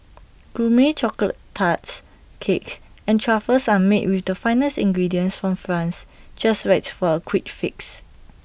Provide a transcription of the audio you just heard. Gourmet Chocolate Tarts Cakes and truffles are made with the finest ingredients from France just right for A quick fix